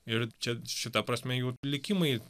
ir čia šita prasme jų likimai